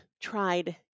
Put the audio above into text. tried